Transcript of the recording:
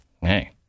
Hey